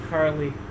Carly